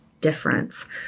difference